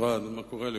את רואה מה קורה לי,